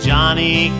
Johnny